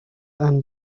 and